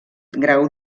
grau